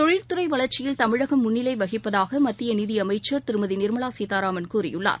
தொழில்துறைவளர்ச்சியில் தமிழகம் முன்னிலைவகிப்பதாகமத்தியநிதியமைச்சர் திருமதிநிர்மலாசீதாராமன் கூறியுள்ளார்